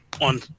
on